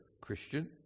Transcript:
Christian